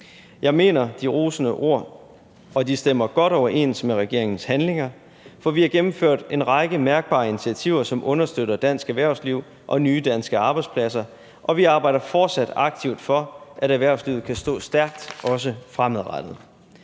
Jeg mener de rosende ord, og de stemmer godt overens med regeringens handlinger, for vi har gennemført en række mærkbare initiativer, som understøtter dansk erhvervsliv og nye danske arbejdspladser, og vi arbejder fortsat aktivt for, at erhvervslivet kan stå stærkt, også fremadrettet.